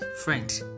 friend